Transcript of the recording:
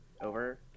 over